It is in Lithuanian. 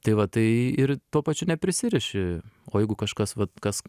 tai va tai ir tuo pačiu neprisiriši o jeigu kažkas vat kas